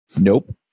Nope